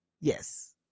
Yes